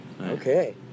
Okay